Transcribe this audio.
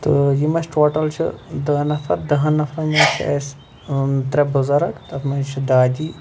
تہٕ یِم اَسہِ ٹوٹل چھِ دہ نَفر دہن نفرَن منٛز چھِ اَسہِ ترے بُزرٕگ تَتھ منٛز چھِ دادی